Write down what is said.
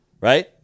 Right